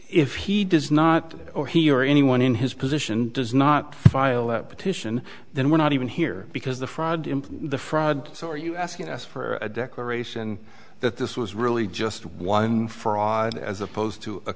if he does not or he or anyone in his position does not file that petition then we're not even here because the fraud in the fraud so are you asking us for a declaration that this was really just one fraud as opposed to a